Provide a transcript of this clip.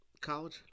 College